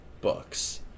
books